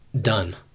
done